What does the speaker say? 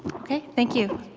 ok, thank you.